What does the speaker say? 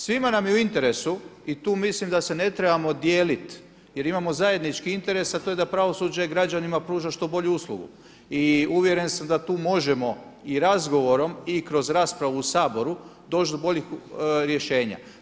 Svima nam je u interesu i tu mislim da se ne trebamo dijeliti jer imamo zajednički interes, a to je da pravosuđe građanima pruža što bolju uslugu i uvjeren sam da tu možemo i razgovorom i kroz raspravu u Saboru doći do boljih rješenja.